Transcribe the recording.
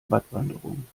wattwanderung